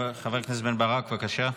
חבר הכנסת בן ברק, בבקשה.